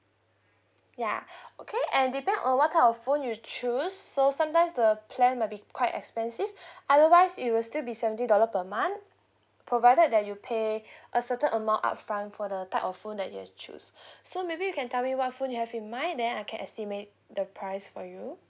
ya okay and depend on what type of phone you choose so sometimes the plan might be quite expensive otherwise it will still be seventy dollar per month provided that you pay a certain amount upfront for the type of phone that you had choose so maybe you can tell me what phone you have in mind then I can estimate the price for you